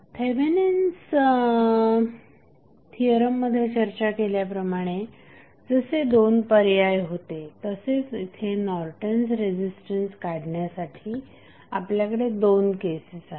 Thevenin's थिअरममध्ये चर्चा केल्याप्रमाणे जसे दोन पर्याय होते तसेच येथे नॉर्टन्स रेझिस्टन्स काढण्यासाठी आपल्याकडे दोन केसेस आहेत